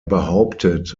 behauptet